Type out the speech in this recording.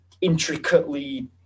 intricately